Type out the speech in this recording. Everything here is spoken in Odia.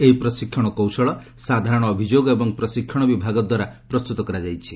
ଏହି ପ୍ରଶିକ୍ଷଣ କୌଶଳ ସାଧାରଣ ଅଭିଯୋଗ ଏବଂ ପ୍ରଶିକ୍ଷଣ ବିଭାଗ ଦ୍ୱାରା ପ୍ରସ୍ତୁତ କରାଯାଇଛି